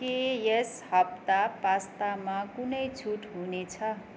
के यस हप्ता पास्तामा कुनै छुट हुने छ